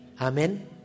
Amen